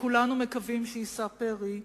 שכולנו מקווים שיישא פרי,